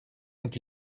und